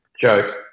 joke